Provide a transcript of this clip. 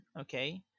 okay